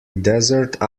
deserted